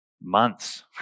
months